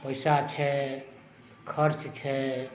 पैसा छै खर्च छै